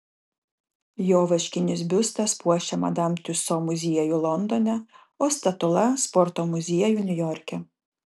jo vaškinis biustas puošia madam tiuso muziejų londone o statula sporto muziejų niujorke